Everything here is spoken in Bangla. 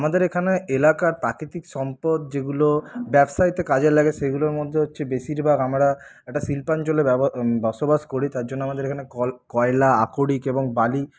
আমাদের এখানে এলাকার প্রাকিতিক সম্পদ যেগুলো ব্যবসাতে কাজে লাগে সেগুলোর মধ্যে হচ্ছে বেশিরভাগ আমরা একটা শিল্পাঞ্চলে বসবাস করি তার জন্য আমাদের এখানে কল কয়লা আকরিক এবং বালি